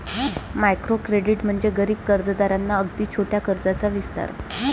micro credit म्हणजे गरीब कर्जदारांना अगदी छोट्या कर्जाचा विस्तार